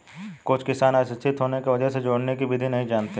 कुछ किसान अशिक्षित होने की वजह से जोड़ने की विधि नहीं जानते हैं